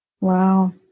Wow